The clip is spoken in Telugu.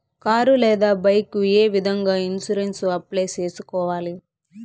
కారు లేదా బైకు ఏ విధంగా ఇన్సూరెన్సు అప్లై సేసుకోవాలి